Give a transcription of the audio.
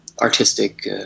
artistic